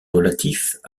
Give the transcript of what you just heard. relatifs